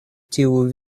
tiu